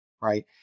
right